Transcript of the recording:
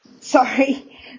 sorry